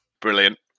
Brilliant